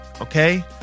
okay